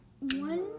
one